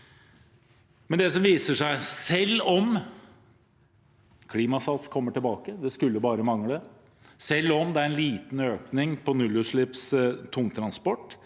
selv om Klimasats kommer tilbake – det skulle bare mangle – og selv om det er en liten økning på nullutslipps tungtransport,